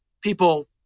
people